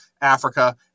Africa